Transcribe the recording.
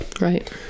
Right